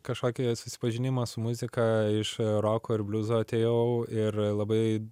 kažkokį susipažinimą su muzika iš roko ir bliuzo atėjau ir labai